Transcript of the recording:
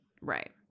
Right